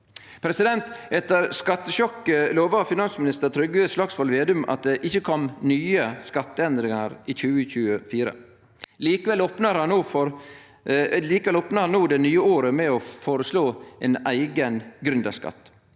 tøffare. Etter skattesjokket lova finansminister Trygve Slagsvold Vedum at det ikkje kom nye skatteendringar i 2024. Likevel opnar han no det nye året med å føreslå ein eigen gründerskatt.